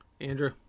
Andrew